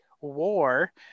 war